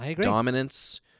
dominance